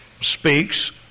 speaks